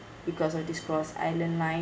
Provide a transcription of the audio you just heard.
because of this cross island line